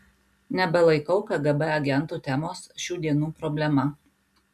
nebelaikau kgb agentų temos šių dienų problema